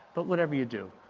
but whatever you do,